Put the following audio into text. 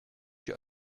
your